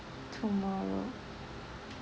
tomorrow